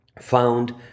found